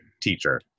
teacher